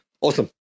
Awesome